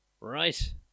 right